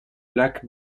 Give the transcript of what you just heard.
lac